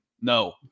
No